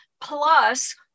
plus